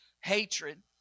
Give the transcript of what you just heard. hatred